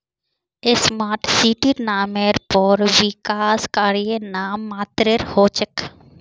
smart सिटीर नामेर पर विकास कार्य नाम मात्रेर हो छेक